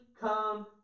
come